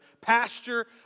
pasture